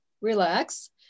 relax